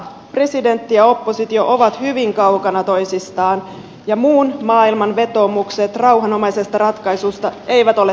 presidentti ja oppositio ovat hyvin kaukana toisistaan ja muun maailman vetoomukset rauhanomaisesta ratkaisusta eivät ole tehonneet